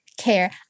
care